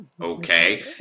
okay